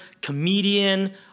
comedian